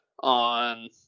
on